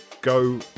go